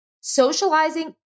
Socializing